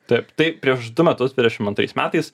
taip tai prieš du metus dvidešim antrais metais